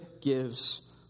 gives